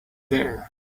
there